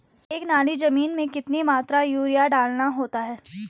एक नाली जमीन में कितनी मात्रा में यूरिया डालना होता है?